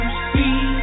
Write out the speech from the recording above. see